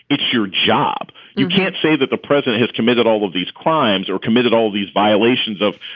it's your job. you can't say that the president has committed all of these crimes or committed all these violations of,